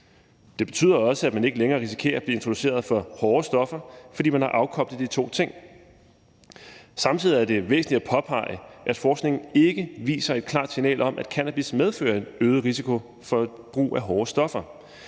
Det betyder også, at man ikke længere risikerer at blive introduceret for hårde stoffer, fordi man har afkoblet de to ting. Samtidig er det væsentligt at påpege, at forskningen ikke viser et klart signal om, at cannabis medfører en øget risiko for brug af hårde stoffer;